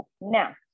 Now